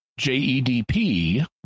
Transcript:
JEDP